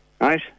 right